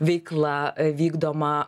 veikla vykdoma